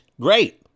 great